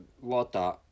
water